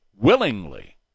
willingly